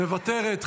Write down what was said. מוותרת,